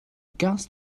gas